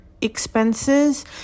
expenses